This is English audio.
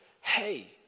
hey